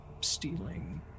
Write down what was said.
stealing